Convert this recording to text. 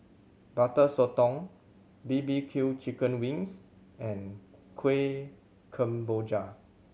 Butter Sotong B B Q chicken wings and Kuih Kemboja